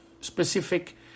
specific